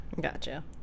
Gotcha